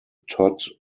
todd